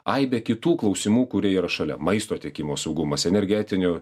aibe kitų klausimų kurie yra šalia maisto tiekimo saugumas energetinių